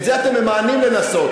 את זה אתם ממאנים לנסות.